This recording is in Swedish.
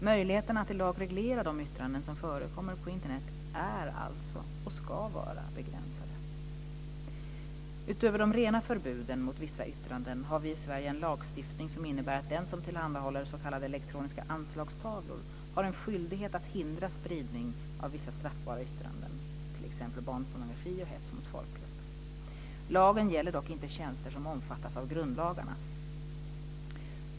Möjligheterna att i lag reglera de yttranden som förekommer på Internet är alltså - och ska vara - Utöver de rena förbuden mot vissa yttranden har vi i Sverige en lagstiftning som innebär att den som tillhandahåller s.k. elektroniska anslagstavlor har en skyldighet att hindra spridning av vissa straffbara yttranden, t.ex. barnpornografi och hets mot folkgrupp. Lagen gäller dock inte tjänster som omfattas av grundlagarna.